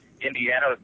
Indiana